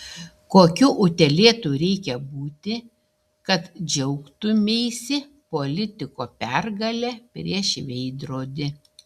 kokiu utėlėtu reikia būti kad džiaugtumeisi politiko pergale prieš veidrodį